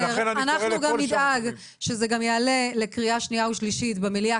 אנחנו גם נדאג שזה יעלה לקריאה השנייה והשלישית במליאה,